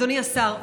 אדוני השר,